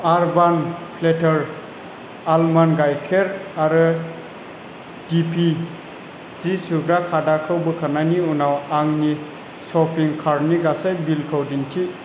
आर्बान प्लेटार आलमन्ड गाइखेर आरो दि पि जि सुग्रा खादाखौ बोखारनायनि उनाव आंनि श'पिं कार्टनि गासै बिलखौ दिन्थि